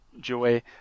joy